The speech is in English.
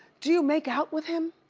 do you make out with him?